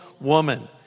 woman